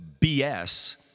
BS